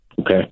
Okay